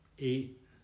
Eight